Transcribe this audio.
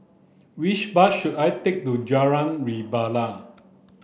which bus should I take to Jalan Rebana